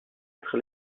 être